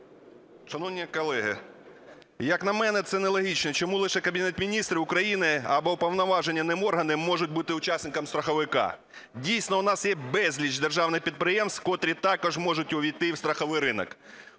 Шановні колеги, як на мене, це нелогічно, чому лише Кабінет Міністрів України або уповноважені ним органи можуть бути учасниками страховика? Дійсно, у нас є безліч державних підприємств, котрі також можуть увійти і в страховий ринок.